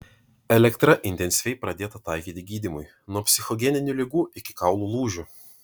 elektra intensyviai pradėta taikyti gydymui nuo psichogeninių ligų iki kaulų lūžių